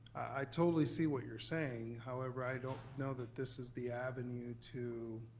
i totally see what you're saying. however, i don't know that this is the avenue to